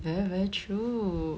very very true